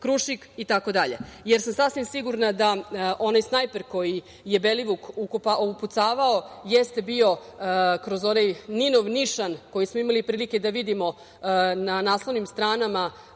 „Krušik“, itd. Sasvim sam sigurna da onaj snajper koji je Belivuk upucavao jeste bio kroz onaj NIN-ov nišan, koji smo imali prilike da vidimo na naslovnim stranama